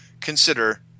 consider